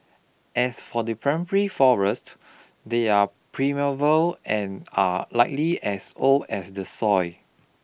as for the forest they're primeval and are likely as old as the soil